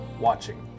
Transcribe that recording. watching